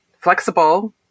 flexible